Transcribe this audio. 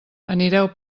anireu